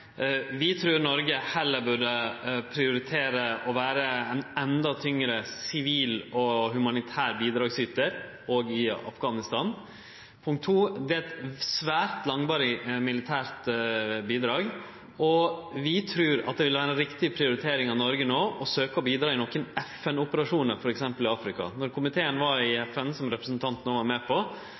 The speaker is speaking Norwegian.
Vi trur Noreg heller burde prioritere å vere ein endå tyngre sivil og humanitær bidragsytar òg i Afghanistan. For det andre: Det er eit svært langvarig militært bidrag, og vi trur at det ville vere ei riktig prioritering av Noreg no å søkje å bidra i nokre FN-operasjonar f.eks. i Afrika. Då komiteen var i FN, som representanten òg var med på,